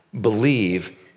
believe